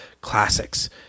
classics